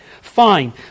fine